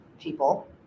people